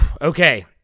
Okay